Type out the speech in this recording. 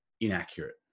inaccurate